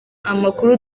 amakuru